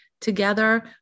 together